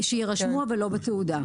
שיירשמו אבל לא בתעודה.